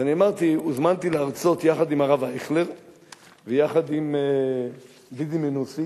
הוזמנתי להרצות יחד עם הרב אייכלר ויחד עם דידי מנוסי